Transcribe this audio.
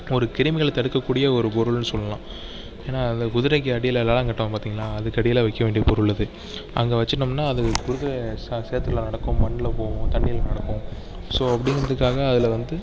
ஒரு கிருமிகளை தடுக்கக்கூடிய ஒரு பொருள்ன்னு சொல்லலாம் ஏன்னால் அந்த குதிரைக்கு அடியில் லாடம் கட்டுவாங்க பார்த்திங்களா அதுக்கு அடியில் வைக்க வேண்டிய பொருள் அது அங்கே வச்சுட்டோம்ன்னா அது குறுக்க சேற்றில நடக்கும் மண்ணில் போகும் தண்ணியில் நடக்கும் ஸோ அப்படிங்குறத்துக்காக அதில் வந்து